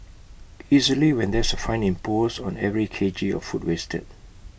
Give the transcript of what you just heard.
easily when there's A fine imposed on every K G of food wasted